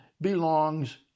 belongs